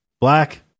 black